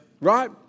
Right